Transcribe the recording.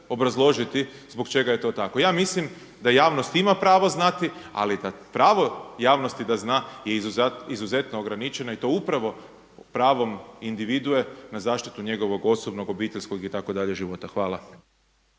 obrazložiti zbog čega je to tako. Ja mislim da javnost ima pravo znati. Ali je pravo javnosti da zna i izuzetno ograničeno i to upravo pravom individue na zaštitu njegovog osobnog obiteljskog itd. života. Hvala.